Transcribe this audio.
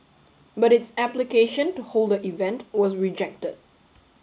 but its application to hold the event was rejected